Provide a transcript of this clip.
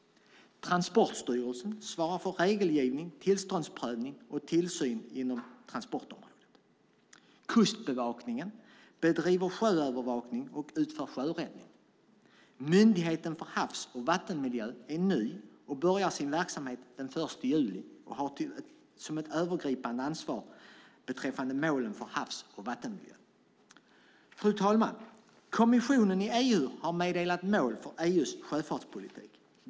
Transportstyrelsen svarar för regelgivning, tillståndsprövning och tillsyn inom transportområdet. Kustbevakningen bedriver sjöövervakning och utför sjöräddning. Myndigheten för havs och vattenmiljö är ny och börjar sin verksamhet den 1 juli. Den har ett övergripande ansvar beträffande målen för havs och vattenmiljö. Fru talman! Kommissionen i EU har meddelat mål för EU:s sjöfartspolitik.